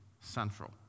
central